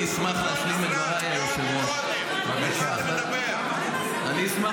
חבר הכנסת שירי, אתה רוצה שאני אקרא